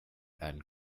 and